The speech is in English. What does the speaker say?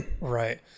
Right